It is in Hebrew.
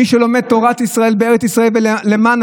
מי שלומד תורת ישראל בארץ ישראל ולמען